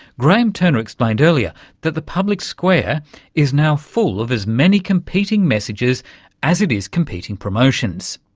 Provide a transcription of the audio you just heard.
graeme turner explained earlier that the public square is now full of as many competing messages as it is competing promotions.